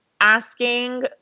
asking